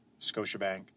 Scotiabank